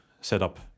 setup